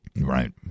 Right